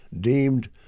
deemed